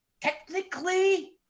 technically